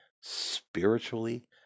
spiritually